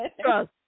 Trust